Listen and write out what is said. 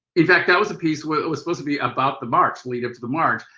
in fact that was a piece where it was supposed to be about the march, leading up to the march.